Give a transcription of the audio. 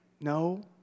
No